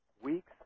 Weeks